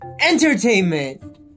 Entertainment